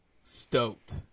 stoked